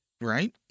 right